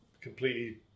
completely